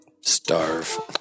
Starve